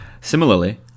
Similarly